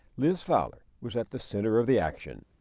liz fowler was at the center of the action.